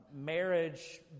marriage